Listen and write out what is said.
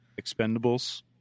expendables